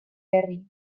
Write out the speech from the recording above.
berri